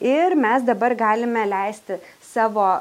ir mes dabar galime leisti savo